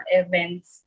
events